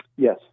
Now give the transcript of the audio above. Yes